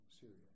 Syria